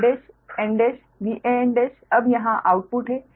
यह a nVan अब यहाँ आउटपुट है